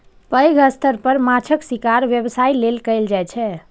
पैघ स्तर पर माछक शिकार व्यवसाय लेल कैल जाइ छै